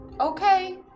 Okay